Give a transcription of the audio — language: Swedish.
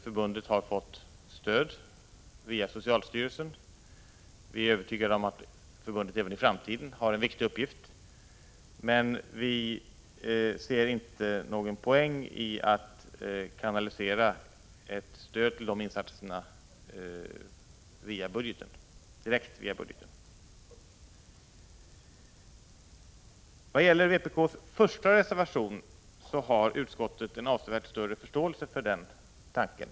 Förbundet har fått stöd via socialstyrelsen. Vi är övertygade om att förbundet även i framtiden har en viktig uppgift, men vi ser inte någon poäng i att kanalisera ett stöd till de insatserna direkt via budgeten. Vpk:s första reservation handlar om anonym provtagning, och utskottet har avsevärt större förståelse för den tanken.